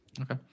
Okay